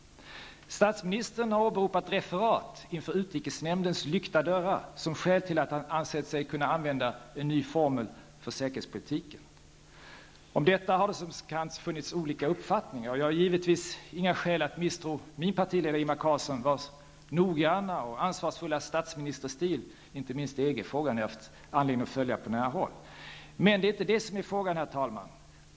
Statsministern har åberopat referat inför utrikesnämndens lyckta dörrar som skäl till att han ansett sig kunna använda en ny formel för säkerhetspolitiken. Om detta har det som bekant funnits olika uppfattningar. Jag har givetvis inga skäl att misstro min partiledare Ingvar Carlsson, vars noggranna och ansvarsfulla statsministerstil, inte minst i EG-frågan, jag har haft anledning att följa på nära håll. Men det är inte det som är frågan, herr talman.